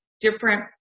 different